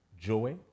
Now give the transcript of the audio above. joy